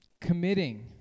Committing